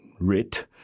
writ